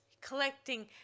collecting